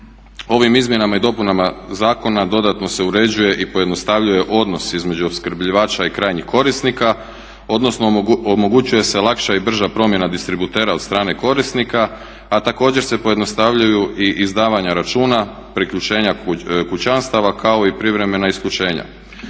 Ovim izmjenama i dopunama zakona dodatno se uređuje i pojednostavljuje odnos između opskrbljivača i krajnjih korisnika odnosno omogućuje se lakša i brža promjena distributera od strane korisnika a također se pojednostavljuju i izdavanja računa, priključenja kućanstava kao i privremena isključenja.